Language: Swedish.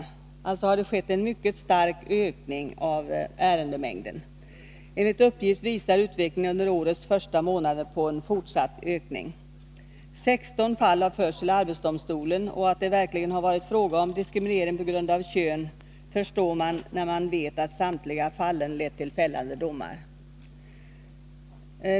Det har alltså skett en mycket stark ökning av ärendemängden. Enligt uppgift visar också utvecklingen under årets första månader på en fortsatt ökning. 16 fall har förts till arbetsdomstolen, och att det verkligen varit fråga om diskriminering på grund av kön förstår man när man vet att samtliga fall lett till fällande domar.